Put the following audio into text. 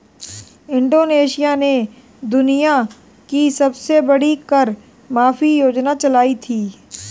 Indonesia ने दुनिया की सबसे बड़ी कर माफी योजना चलाई थी